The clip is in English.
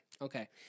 Okay